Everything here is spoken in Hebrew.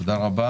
קודם כול,